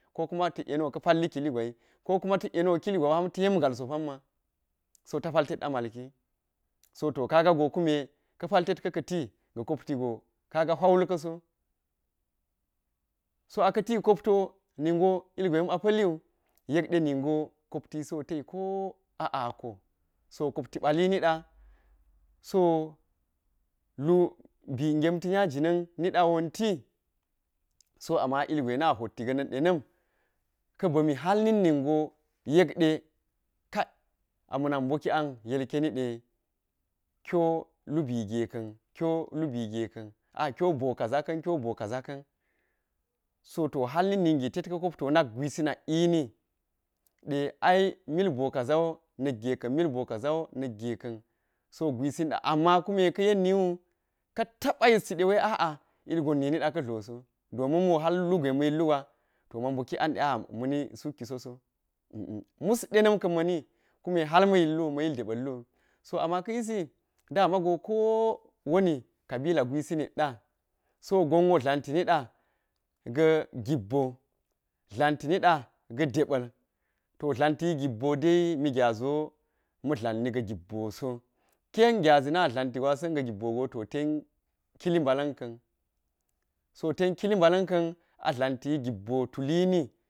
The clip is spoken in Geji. Ko kuma ta̱k yeniwo ka pa̱lli killi gwa̱yi, ko kuma̱ ta̱k yeniwo kiligwa yem ga̱l so pa̱nma̱, so ta̱ pa̱ltet a ma̱lki so kaja̱ kume ka̱ pa̱ltet ka̱ ka̱ti ga̱ koptigo kaga̱ huya̱ wulka̱so. So a ka̱ti koptiwo ningo ilgwe ma̱pa̱ pa̱lliwu, yekɗe ningo koptisiwo teyi ko a ako. So kopti pa̱llinida. So lu lubi gemti nya jina̱n niniɗa wonti. So amma ilgwe na̱ hotti ga̱nin ɗena̱m ka̱ ba̱mi har ninningo yekɗe ka ama̱ na̱k boki an ilkeni de kiyo lubi geka̱n, kiwo lubi geka̱n, a kiwo bo ka̱ȝaka̱n kiwo bo ka̱ȝaka̱n. So to har nikninge tetka koptiwo na̱k gwisi na̱k ini ɗe milbo ka̱ȝa̱ wo na̱kgeka̱n milbo kaȝawo na̱kgeka̱n. So gwisi niḓa amma kune ka̱yen niwu, ka̱ ta̱ba̱ yistiɗre wa̱i a'a, ilgon niniɗa̱ ka̱ loso, domin mo har lugwe ma̱ yillugwa ma̱ bokik an ɗe ma̱ni sukki soso mus ɗena̱m ka̱n ma̱ni. Kume ha̱r ma̱ yillu ma yil ɗeba̱llu. So amma ka̱ yisi ɗa̱ma̱go ko ko wa̱ni ka̱bila gwisi nitɗa, so gonwo dlanti nida, ga̱ gibbo, dla̱nti niɗa ga̱ ɗeba̱l to dlanti gibbo ɗa̱i mi gyaȝiwo ma̱ dlanni ga̱ gibboso ka̱yen gyaȝi na̱ dla̱nti gwa̱sa̱n ga gibbogo to ten ten kili ba̱la̱nka̱n. So ten kili bala̱nka̱n a dla̱nti gibbo tulini.